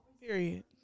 Period